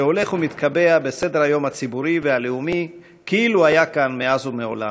שהולך ומתקבע בסדר-היום הציבורי והלאומי כאילו היה כאן מאז ומעולם,